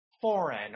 foreign